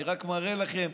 אני רק מראה לכם.